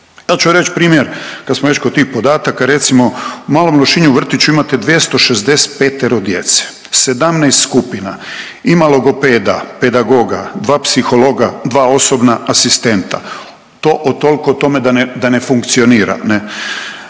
Ja ću reći primjer kad smo već kod tih podataka. Recimo u Malom Lošinju u vrtiću imate 265 djece, 17 skupina, ima logopeda, pedagoga, 2 psihologa, 2 osobna asistenta. Toliko o tome da ne funkcionira ne?